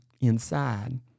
inside